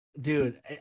dude